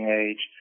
age